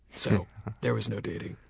so there was no dating.